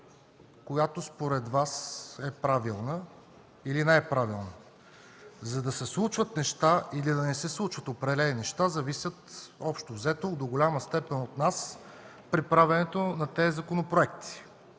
която според Вас е правилна, или не е правилна. За да се случват неща или да не се случват определени неща, зависи общо взето до голяма степен от нас при правенето на тези законопроекти.